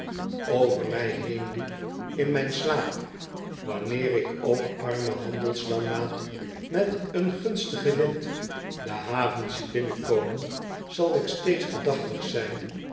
over mij heenliep in mijn slaap wanneer ik ook armen handels janmaat met een gunstigen wind de haven zie binnenkomen zal ik steeds gedachtig zijn